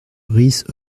rice